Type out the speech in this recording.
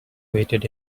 waited